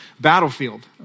battlefield